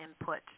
input